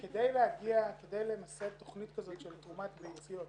כדי למסד תוכנית כזאת של תרומת ביציות,